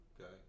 okay